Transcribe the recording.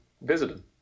visited